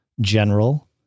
General